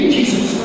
Jesus